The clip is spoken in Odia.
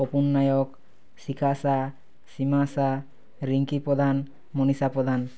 ପପୁନ୍ ନାୟକ ସିଖା ଶା ସିମା ଶା ରିଙ୍କି ପ୍ରଧାନ ମନିଷା ପ୍ରଧାନ